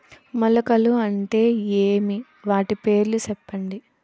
మొలకలు అంటే ఏమి? వాటి పేర్లు సెప్పండి?